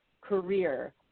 career